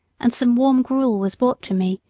and some warm gruel was brought to me,